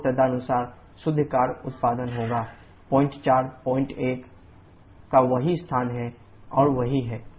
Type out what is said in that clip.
तो तदनुसार शुद्ध कार्य उत्पादन होगा WnetWactual WP76088 kJkg point 4 point 1 का वही स्थान है और वही है